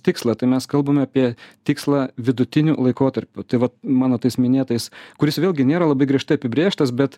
tikslą tai mes kalbam apie tikslą vidutiniu laikotarpiu tai vat mano tais minėtais kuris vėlgi nėra labai griežtai apibrėžtas bet